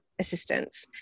assistance